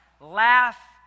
laugh